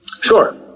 Sure